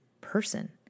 person